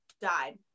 died